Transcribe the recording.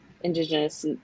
indigenous